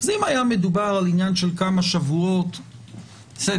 אם היה מדובר על עניין של כמה שבועות, בסדר.